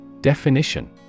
Definition